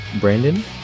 Brandon